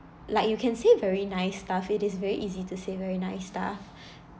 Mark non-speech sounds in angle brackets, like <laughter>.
like you can say very nice stuff it is very easy to say very nice stuff <breath>